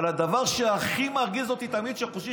אבל הדבר שהכי מרגיז אותי תמיד זה שחושבים